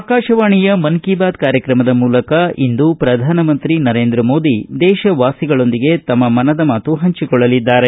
ಆಕಾಶವಾಣಿಯ ಮನ್ ಕಿ ಬಾತ್ ಕಾರ್ಯಕ್ರಮದ ಮೂಲಕ ಇಂದು ಪ್ರಧಾನ ಮಂತ್ರಿ ನರೇಂದ್ರ ಮೋದಿ ದೇಶವಾಸಿಗಳೊಂದಿಗೆ ತಮ್ಮ ಮನದ ಮಾತು ಹಂಚಿಕೊಳ್ಳಲಿದ್ದಾರೆ